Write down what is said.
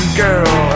girl